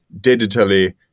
digitally